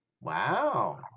Wow